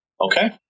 Okay